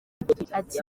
ati